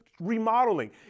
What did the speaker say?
remodeling